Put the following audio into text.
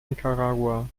nicaragua